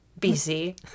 BC